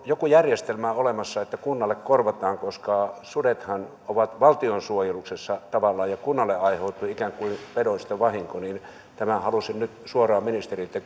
joku järjestelmä olemassa että kunnalle korvataan koska sudethan ovat valtion suojeluksessa tavallaan ja kunnalle aiheutuu ikään kuin pedoista vahinko tämän halusin nyt suoraan ministeriltä